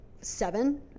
seven